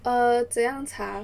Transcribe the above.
err 怎么样查